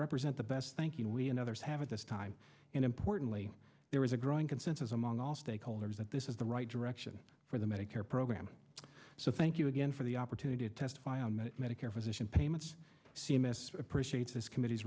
represent the best thinking we and others have at this time and importantly there is a growing consensus among all stakeholders that this is the right direction for the medicare program so thank you again for the opportunity to testify on the medicare physician payments c m s appreciates this committee